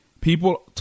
People